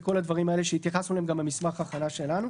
בכל הדברים האלה שהתייחסנו אליהם גם במסמך ההכנה שלנו,